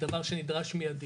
דבר שנדרש מיידי.